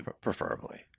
preferably